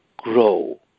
grow